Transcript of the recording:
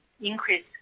increase